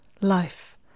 life